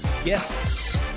Guests